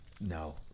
No